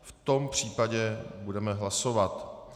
V tom případě budeme hlasovat.